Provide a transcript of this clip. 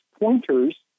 pointers